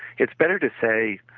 it's better to say